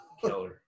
Killer